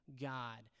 God